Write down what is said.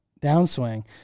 downswing